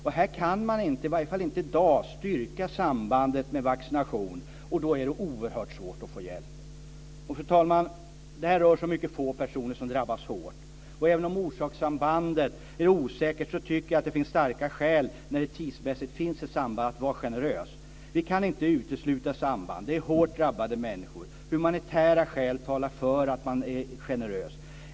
Och i de fallen kan man inte, i varje fall inte i dag, styrka sambandet med vaccinationen, och då är det oerhört svårt att få hjälp. Fru talman! Det rör sig om mycket få personer som drabbas hårt. Även om orsakssambandet är osäkert tycker jag att det finns starka skäl att vara generös när det tidsmässigt finns ett samband. Vi kan inte utesluta samband. Det är hårt drabbade människor. Humanitära skäl talar för att man är generös.